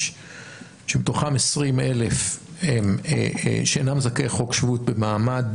שמתוכם 20,000 שאינם זכאי חוק שבות במעמד